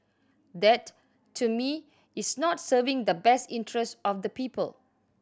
that to me is not serving the best interest of the people